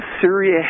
Syria